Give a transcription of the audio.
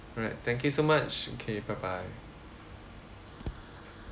alright thank you so much okay bye bye